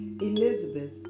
Elizabeth